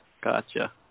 Gotcha